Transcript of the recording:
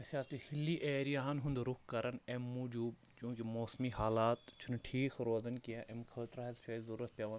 أسۍ حظ چھِ ہِلی ایریا ہَن ہُنٛد رُخ کَران اَمہِ موٗجوٗب چوٗنٛکہِ موسمی حالات چھِنہٕ ٹھیٖک روزان کیٚنٛہہ اَمہِ خٲطرٕ حظ چھِ اسہِ ضروٗرت پیٚوان